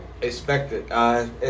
expected